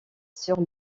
sur